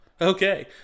Okay